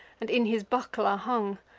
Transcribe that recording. and in his buckler hung.